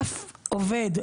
אף עובד,